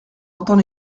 entend